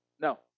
No